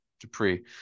Dupree